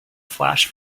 flash